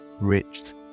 rich